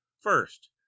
First